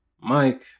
Mike